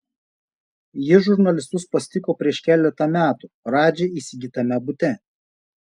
ji žurnalistus pasitiko prieš keletą metų radži įsigytame bute